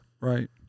Right